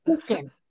chicken